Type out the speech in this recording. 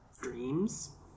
Dreams